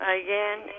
again